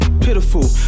pitiful